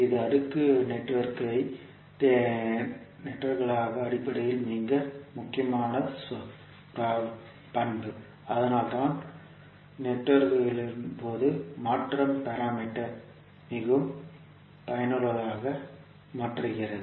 இது அடுக்கு நெட்வொர்க்கை நெட்வொர்க்கான அடிப்படையில் மிக முக்கியமான சொத்து அதனால்தான் அடுக்கு நெட்வொர்க்கின் போது மாற்றம் பாராமீட்டர் ஐ மிகவும் பயனுள்ளதாக மாற்றுகிறது